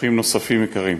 אורחים נוספים יקרים,